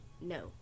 No